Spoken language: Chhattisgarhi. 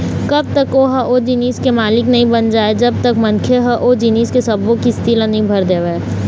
कब तक ओहा ओ जिनिस के मालिक नइ बन जाय जब तक मनखे ह ओ जिनिस के सब्बो किस्ती ल नइ भर देवय